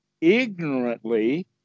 ignorantly